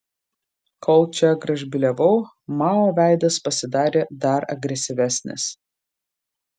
kol čia gražbyliavau mao veidas pasidarė dar agresyvesnis